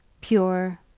pure